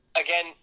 Again